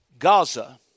Gaza